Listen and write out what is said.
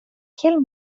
kiel